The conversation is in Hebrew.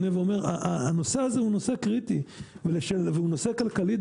הנושא הזה הוא נושא קריטי והוא נושא כלכלי,